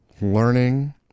learning